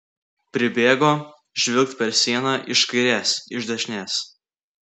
pribėgo žvilgt per sieną iš kairės iš dešinės